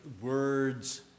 words